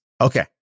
Okay